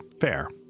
fair